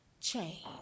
Change